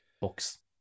books